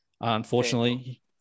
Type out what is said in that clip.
unfortunately